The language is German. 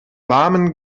warmen